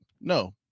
no